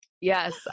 Yes